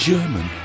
German